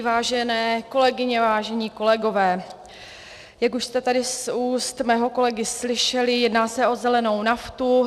Vážené kolegyně, vážení kolegové, jak už jste tady z úst mého kolegy slyšeli, jedná se zelenou naftu.